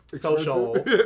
Social